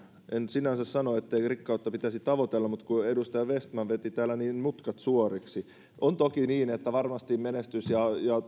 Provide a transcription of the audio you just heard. en sinänsä sano etteikö rikkautta pitäisi tavoitella mutta kun edustaja vestman veti täällä niin mutkat suoriksi on toki niin että varmasti menestys ja